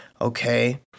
Okay